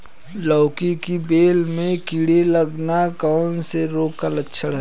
लौकी की बेल में कीड़े लगना कौन से रोग के लक्षण हैं?